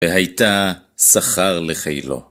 והייתה שכר לחילו.